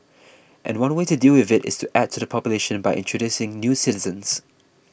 and one way to deal with it is to add to the population by introducing new citizens